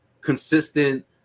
consistent